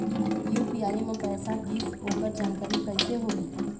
UPI म पैसा गिस ओकर जानकारी कइसे होही?